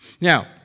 Now